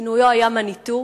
כינויו היה מניטו,